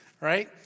right